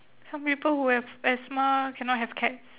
some people who have asthma cannot have cats